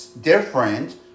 different